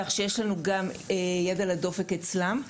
כך שיש לנו גם יד על הדופק אצלם.